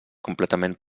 completament